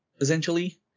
essentially